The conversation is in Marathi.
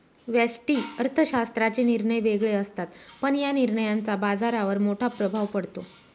व्यष्टि अर्थशास्त्राचे निर्णय वेगळे असतात, पण या निर्णयांचा बाजारावर मोठा प्रभाव पडतो